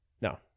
No